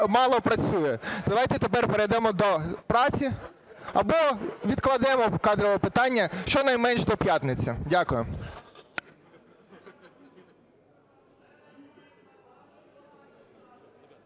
мало працює. Давайте тепер перейдемо до праці або відкладемо кадрове питання щонайменше до п'ятниці. Дякую.